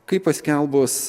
kai paskelbus